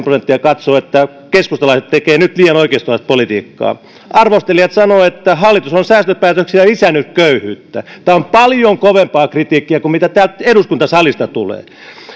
prosenttia katsoo että keskustalaiset tekevät nyt liian oikeistolaista politiikkaa arvostelijat sanovat että hallitus on säästöpäätöksillään lisännyt köyhyyttä tämä on paljon kovempaa kritiikkiä kuin mitä täältä eduskuntasalista tulee